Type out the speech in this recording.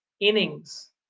innings